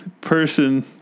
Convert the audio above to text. person